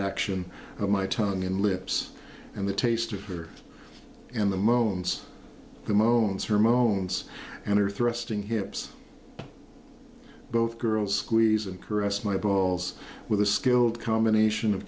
action of my tongue and lips and the taste of her in the moments the moans her moans and her thrusting hips both girls squeeze and caress my balls with a skilled combination of